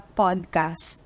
podcast